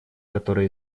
которое